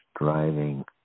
driving